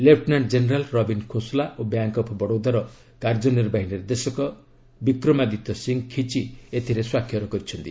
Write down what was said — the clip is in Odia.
ଲେପ୍ଟନାଣ୍ଟ ଜେନେରାଲ୍ ରବୀନ୍ ଖୋସଲା ଓ ବ୍ୟାଙ୍କ୍ ଅଫ୍ ବଡୌଦାର କାର୍ଯ୍ୟନିର୍ବାହୀ ନିର୍ଦ୍ଦେଶକ ବିକ୍ରମାଦିତ୍ୟ ସିଂ ଖିଚି ଏଥିରେ ସ୍ୱାକ୍ଷର କରିଛନ୍ତି